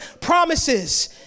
promises